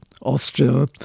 Austria